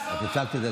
צועקת?